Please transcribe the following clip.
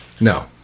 No